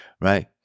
right